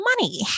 money